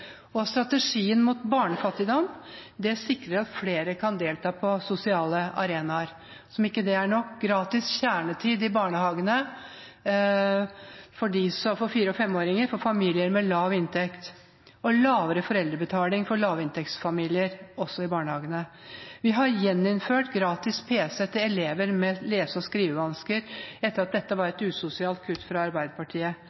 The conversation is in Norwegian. assistent. Strategien mot barnefattigdom sikrer at flere kan delta på sosiale arenaer, og – som om ikke det er nok – gratis kjernetid i barnehagene for 4- og 5-åringer i familier med lav inntekt og lavere foreldrebetaling for lavinntektsfamilier, også i barnehagene. Vi har gjeninnført gratis pc til elever med lese- og skrivevansker etter at dette var